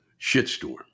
shitstorm